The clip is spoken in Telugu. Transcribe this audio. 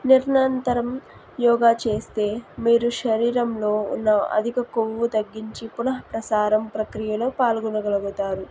నిరంతరం యోగా చేస్తే మీరు శరీరంలో ఉన్న అధిక కొవ్వు తగ్గించి పునః ప్రసారం ప్రక్రియలో పాల్గొనగలుగుతారు